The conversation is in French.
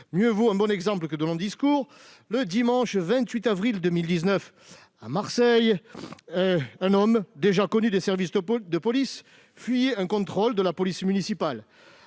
Mieux vaut un bon exemple que de longs discours. Ainsi, le dimanche 28 avril 2019, à Marseille, un homme déjà connu des services de police fuyait un contrôle de la police municipale.